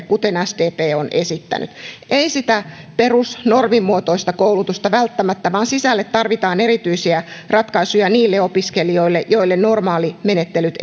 kuten sdp on esittänyt ei sitä perusnormimuotoista koulutusta välttämättä vaan sisälle tarvitaan erityisiä ratkaisuja niille opiskelijoille joille normaalimenettelyt